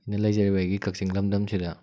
ꯑꯩꯅ ꯂꯩꯖꯔꯤꯕ ꯑꯩꯒꯤ ꯀꯛꯆꯤꯡ ꯂꯝꯗꯝꯁꯤꯗ